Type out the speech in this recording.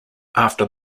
after